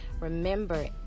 Remember